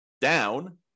down